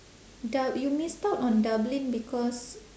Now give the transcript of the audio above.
du~ you missed out on dublin because